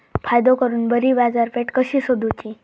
फायदो करून बरी बाजारपेठ कशी सोदुची?